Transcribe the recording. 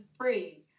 free